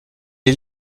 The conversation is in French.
est